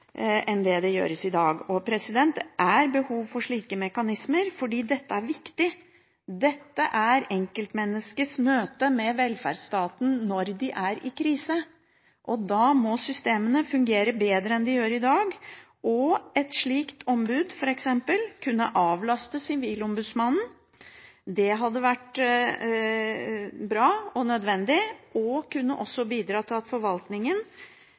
enn det gjøres i dag. Det er behov for slike mekanismer, fordi dette er viktig. Dette er enkeltmenneskers møte med velferdsstaten når de er i krise. Da må systemene fungere bedre enn de gjør i dag. Et slikt ombud, f.eks., kunne avlaste Sivilombudsmannen – det hadde vært bra og nødvendig – og kunne også bidratt til at forvaltningen,